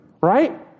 right